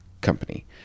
company